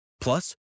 Plus